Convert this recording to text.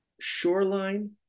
shoreline